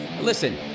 listen